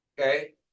okay